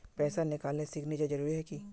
पैसा निकालने सिग्नेचर जरुरी है की?